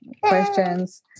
questions